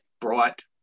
brought